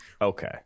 Okay